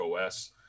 os